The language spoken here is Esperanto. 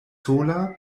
sola